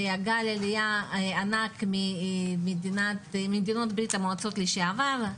גל עליה ענק ממדינות בריה"מ לשעבר,